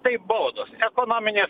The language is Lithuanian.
tai baudos ekonominės